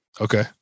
Okay